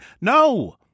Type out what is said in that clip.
No